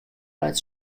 leit